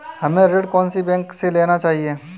हमें ऋण कौन सी बैंक से लेना चाहिए?